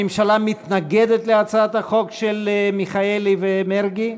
הממשלה מתנגדת להצעת החוק של מיכאלי ומרגי?